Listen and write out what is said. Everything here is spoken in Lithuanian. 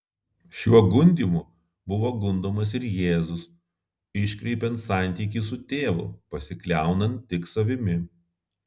šiuo gundymu buvo gundomas ir jėzus iškreipiant santykį su tėvu pasikliaunant tik savimi